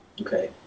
Okay